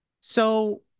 So-